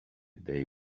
day